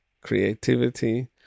creativity